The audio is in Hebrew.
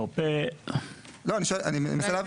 לא, אני מנסה להבין.